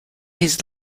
his